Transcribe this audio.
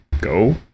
go